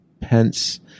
Pence